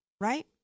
right